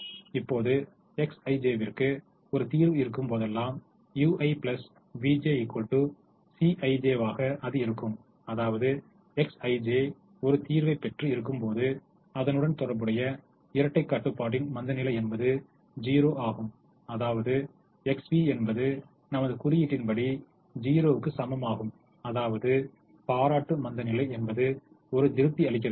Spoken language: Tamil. இப்போது Xij விற்கு ஒரு தீர்வு இருக்கும் போதெல்லாம் ui vj Cij வாக அது இருக்கும் அதாவது Xij ஒரு தீர்வை பெற்று இருக்கும்போது அதனுடன் தொடர்புடைய இரட்டைக் கட்டுப்பாடின் மந்தநிலை என்பது 0 ஆகும் அதாவது xv என்பது நமது குறியீட்டின்ப்படி 0 க்கு சமமாகும் அதாவது பாராட்டு மந்தநிலை என்பது ஒரு திருப்தி அளிக்கிறது